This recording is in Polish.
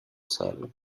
celu